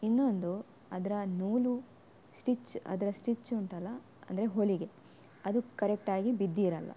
ಇನ್ನೊಂದು ಅದರ ನೂಲು ಸ್ಟಿಚ್ ಅದರ ಸ್ಟಿಚ್ ಉಂಟಲ್ಲ ಅಂದರೆ ಹೋಲಿಗೆ ಅದು ಕರೆಕ್ಟ್ ಆಗಿ ಬಿದ್ದಿರಲ್ಲ